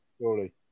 surely